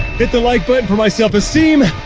hit the like button for my self esteem.